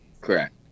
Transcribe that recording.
Correct